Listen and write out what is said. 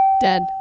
dead